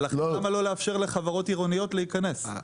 ולכן למה לא לאפשר לחברות עירוניות להיכנס?